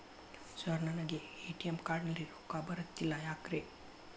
Sir ನನಗೆ ATM card ನಲ್ಲಿ ರೊಕ್ಕ ಬರತಿಲ್ಲ ಯಾಕ್ರೇ?